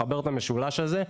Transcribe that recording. מחבר את המשולש הזה.